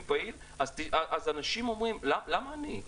פעיל אז אנשים אומרים: למה אני?